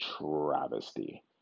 travesty